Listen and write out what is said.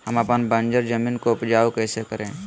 हम अपन बंजर जमीन को उपजाउ कैसे करे?